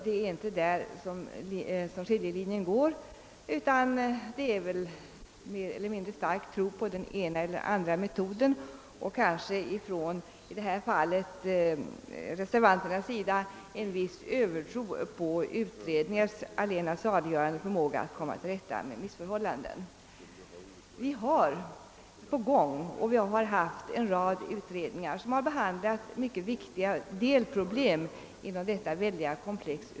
Det är inte där skiljelinjen går, utan det är väl snarare så, att vi har olika stark tro på den ena eller den andra metoden, och kanske har reservanterna en viss övertro på utredningars förmåga att komma till rätta med missförhållanden. Vi har haft och har på gång en rad utredningar som behandlar mycket viktiga delproblem inom detta väldiga komplex.